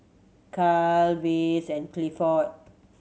Caryl Vance and Clifford